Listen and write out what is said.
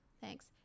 Thanks